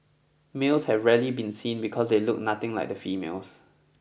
males have rarely been seen because they look nothing like the females